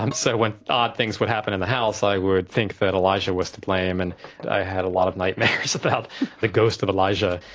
um so when odd things would happen in the house i would think that elijah was to blame, and i had a lot of nightmares about the ghost of elijah.